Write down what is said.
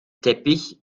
teppich